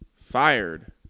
fired